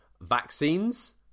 vaccines